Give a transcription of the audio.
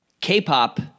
K-pop